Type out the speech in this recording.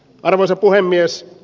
arvoisa puhemies